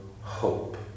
hope